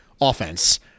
offense